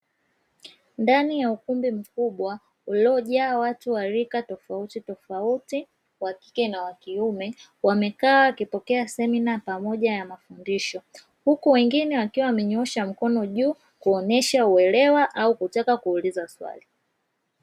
Ndani ya ukumbi mkubwa uliojaa watu wa rika tofauti tofauti, wa kike na wa kiume, wamekaa wakipokea semina pamoja na mafundisho, huku wengine wakiwa wamenyoosha mkono juu kuonyesha uelewa au kutaka kuuliza swali.